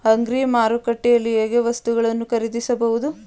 Agri ಮಾರುಕಟ್ಟೆಯಲ್ಲಿ ಹೇಗೆ ವಸ್ತುಗಳನ್ನು ಖರೀದಿಸಬಹುದು?